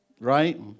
Right